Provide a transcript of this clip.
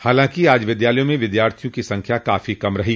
हालांकि आज विद्यालयों में विद्यार्थियों की सख्या काफी कम रही